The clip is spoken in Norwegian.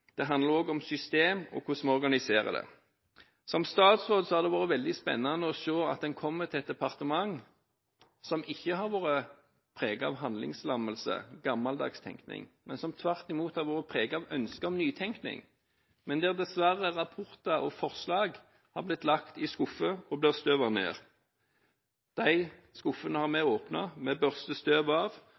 Det handler også om systemer og hvordan vi organiserer den. Som statsråd har det vært veldig spennende å se at man kommer til et departement som ikke har vært preget av handlingslammelse og gammeldags tenkning, men som tvert imot har vært preget av ønsket om nytenkning, men hvor rapporter og forslag dessverre har blitt lagt i skuffer og støvet ned. De skuffene har vi åpnet, vi børster av